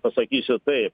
pasakysiu taip